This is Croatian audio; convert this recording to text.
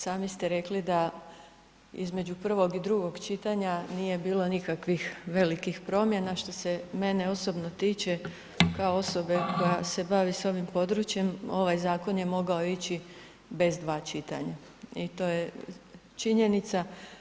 Sami ste rekli da između prvog i drugog čitanja nije bilo nikakvih velikih promjena, što se mene osobno tiče kao osobe koja se bavi ovim područjem ovaj zakon je mogao ići bez dva čitanja i to je činjenica.